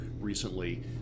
recently